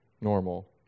normal